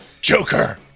Joker